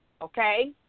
okay